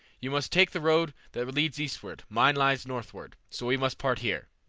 you must take the road that leads eastward, mine lies northward, so we must part here.